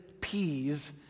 peas